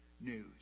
news